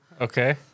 Okay